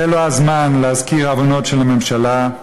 זה לא הזמן להזכיר עוונות של הממשלה.